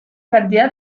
cantidad